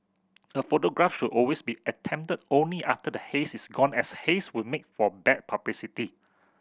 the photograph should always be attempted only after the haze is gone as haze would make for bad publicity